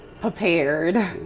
prepared